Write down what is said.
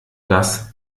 das